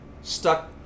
stuck